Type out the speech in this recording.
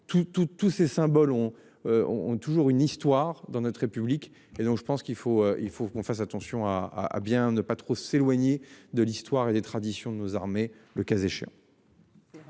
tous ces symboles ont. Ont toujours une histoire dans notre République et donc je pense qu'il faut, il faut qu'on fasse attention à, à bien ne pas trop s'éloigner de l'histoire et les traditions de nos armées le cas échéant.